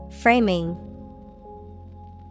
Framing